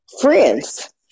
friends